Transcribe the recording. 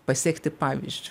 pasekti pavyzdžiu